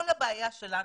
כל הבעיה שלנו,